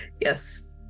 yes